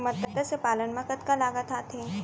मतस्य पालन मा कतका लागत आथे?